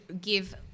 give –